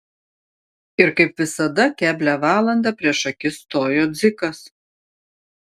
ir kaip visada keblią valandą prieš akis stojo dzikas